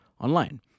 online